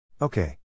Okay